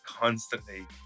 constantly